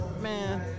Man